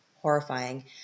horrifying